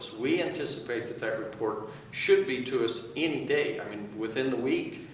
we anticipate that that report should be to us any day i mean within the week,